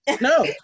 No